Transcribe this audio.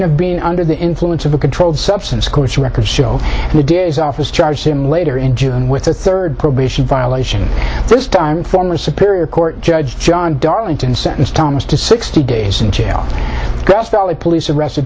of being under the influence of a controlled substance course records show the days off was charged him later in june with a third probation violation this time former superior court judge john darlington sentenced thomas to sixty days in jail police arrested